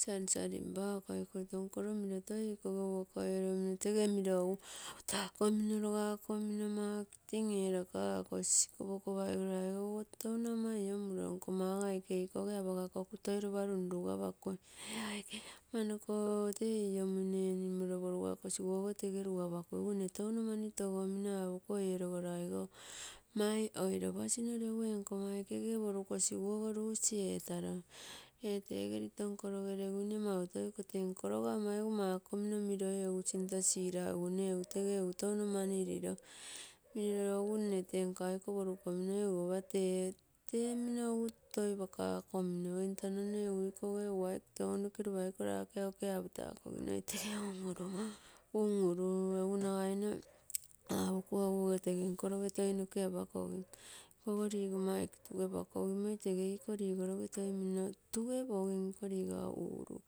sansalipai. Me iko nkolo toi tege miro waka eeromino, tege miro egu apotakomiro, logakomiro marketing erakakosi. Iko poko paigoro aigo touno ama iomuroro nkomma ogo aike ikoge apaga koku toi lopa runruga paku, ee aike amanoko, tee ioiomuine animolo poruga kosiguogo rugapakuigu, nne touno mani togomino apomino ee logoro mai. Oiro pasion, regu ee nkomma aike eporugosiguogo rusi etairo ee tee ege lito nkoroge leguine mau tou ee tee ikoga lito nko loga omaigu mako mino miroi, egu sinto siraigu mne egu tego egu touno mani rilo, riro egu mna tee nka iko porukomino egu lopa tee, tee mino egu toipaka komina mne egu ntano ikoge aipe ke egulopa iko rake oke apotakominoi tage un-urumoi, egu nagaimo apokuo toi tege nkologee noke apakogim, i kogo ligoro aike tugepako gimoi toi minno tege ligoroge togepakogim iko liga uru.